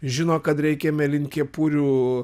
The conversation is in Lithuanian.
žino kad reikia mėlynkepurių